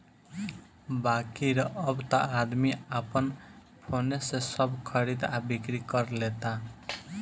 बाकिर अब त आदमी आपन फोने से सब खरीद आ बिक्री कर लेता